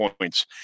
points